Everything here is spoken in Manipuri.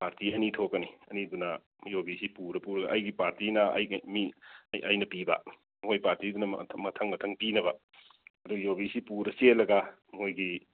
ꯄꯥꯔꯇꯤ ꯑꯅꯤ ꯊꯣꯛꯀꯅꯤ ꯑꯅꯤꯗꯨꯅ ꯌꯨꯕꯤꯁꯤ ꯄꯨꯔꯥ ꯄꯨꯔꯥꯒ ꯑꯩꯒꯤ ꯄꯥꯔꯇꯤꯅ ꯃꯤ ꯑꯩꯅ ꯄꯤꯕ ꯃꯣꯏ ꯄꯥꯔꯇꯤꯗꯨꯅ ꯃꯊꯪ ꯃꯊꯪ ꯄꯤꯅꯕ ꯑꯗꯨ ꯌꯨꯕꯤꯁꯤ ꯄꯨꯔꯥ ꯆꯦꯜꯂꯒ ꯃꯈꯣꯏꯒꯤ